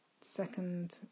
second